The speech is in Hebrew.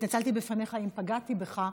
והתנצלתי בפניך אם פגעתי בך,